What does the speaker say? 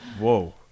whoa